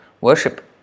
worship